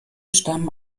stammen